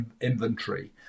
inventory